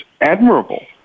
admirable